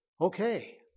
okay